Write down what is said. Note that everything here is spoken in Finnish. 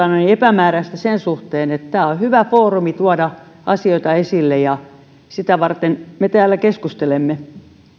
epämääräistä sen suhteen tämä on hyvä foorumi tuoda asioita esille ja sitä varten me täällä keskustelemme